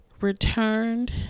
returned